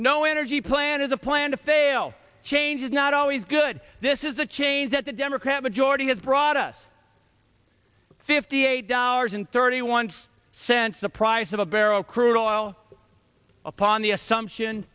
no energy plan is a plan to fail change is not always good this is a change that the democrat majority has brought us fifty eight dollars in thirty one cents the price of a barrel crude oil upon the assumption